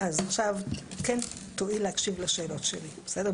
אז עכשיו כן תואיל להקשיב לשאלות שלי, בסדר?